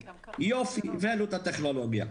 יופי, הבאנו את הטכנולוגיה.